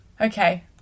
Okay